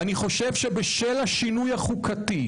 אני חושב שבשל השינוי החוקתי,